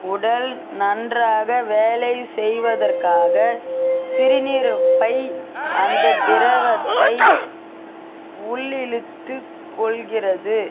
உடல் நன்றாக வேலை செய்வதற்காக சிறுநீர்ப்பை அந்த திரவத்தை உள்ளிழுத்துக் கொள்கிறது